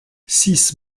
six